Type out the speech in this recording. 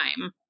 time